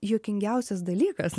juokingiausias dalykas